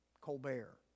Colbert